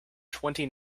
twenty